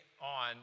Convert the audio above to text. on